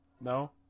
No